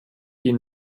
ihnen